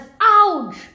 ouch